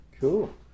Cool